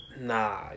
Nah